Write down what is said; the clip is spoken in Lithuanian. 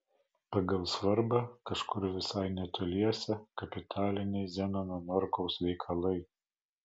pagal svarbą kažkur visai netoliese kapitaliniai zenono norkaus veikalai